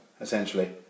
essentially